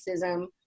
racism